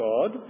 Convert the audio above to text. God